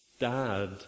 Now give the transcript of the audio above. dad